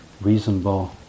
reasonable